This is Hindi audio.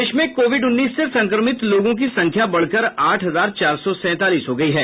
देश में कोविड उन्नीस से संक्रमित लोगों की संख्या बढ़कर आठ हजार चार सौ सैंतालीस हो गयी है